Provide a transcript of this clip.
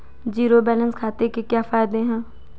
Zero balance खाते के क्या फायदे हैं?